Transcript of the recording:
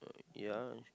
ya